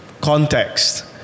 context